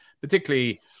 particularly